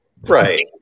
Right